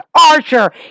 Archer